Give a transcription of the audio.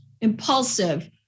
impulsive